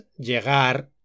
llegar